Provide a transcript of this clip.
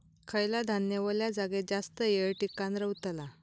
खयला धान्य वल्या जागेत जास्त येळ टिकान रवतला?